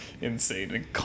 insane